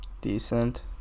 Decent